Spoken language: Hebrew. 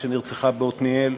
שנרצחה בעתניאל,